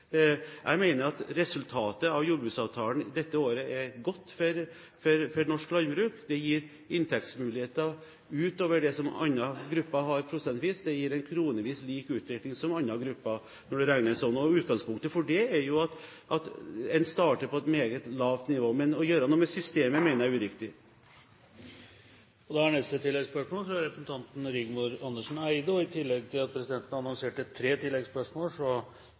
at resultatet av jordbruksavtalen dette året er godt for norsk landbruk. Det gir inntektsmuligheter utover det som andre grupper har, prosentvis, det gir en kronevis lik utvikling i forhold til andre grupper når en regner sånn. Utgangspunktet for det er at en starter på et meget lavt nivå. Men å gjøre noe med systemet mener jeg er uriktig. Rigmor Andersen Eide – til oppfølgingsspørsmål. Presidenten annonserte tre oppfølgingsspørsmål, men i tillegg